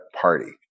party